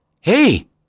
Hey